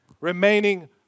Remaining